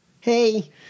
Hey